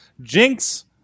Jinx